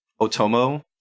Otomo